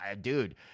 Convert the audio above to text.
dude